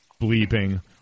bleeping